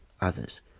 others